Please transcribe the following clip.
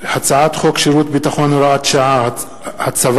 הצעת חוק שירות ביטחון (הוראת שעה) (הצבת